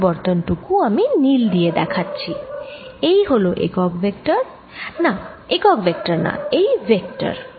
এই পরিবর্তন টুকু আমি নীল দিয়ে দেখাচ্ছি এই হল একক ভেক্টর না একক ভেক্টর না এই ভেক্টর